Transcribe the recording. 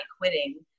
quitting